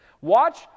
watch